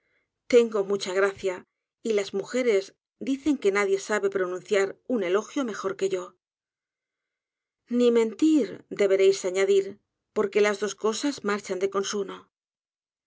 tengo mucha gracia y fas mujeres dicen que nadie sabe pronunciar un elogio mejor que yo ni mentir deberéis añadir porque las dos cosas marchan de consuno os estaba hablando de la señorita de